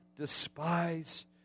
despise